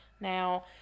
Now